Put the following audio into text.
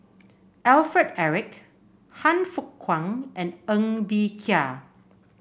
Alfred Eric Han Fook Kwang and Ng Bee Kia